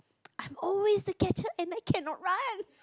I'm always the catcher and I cannot run